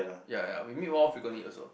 ya ya we meet more frequently also